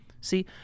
See